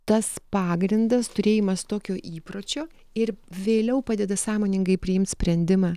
tas pagrindas turėjimas tokio įpročio ir vėliau padeda sąmoningai priimt sprendimą